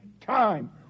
time